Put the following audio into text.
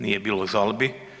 Nije bilo žalbi.